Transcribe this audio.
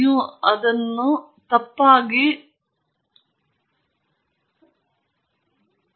ನಾನು ನಿಮಗೆ 100 ಅನ್ನು ನೀಡುತ್ತೇನೆ ಮತ್ತು ನೀವು ತಪ್ಪಾಗಿ ಬಂದಾಗ ಅದನ್ನು ಕಳೆಯಿರಿ